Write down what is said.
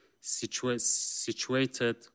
situated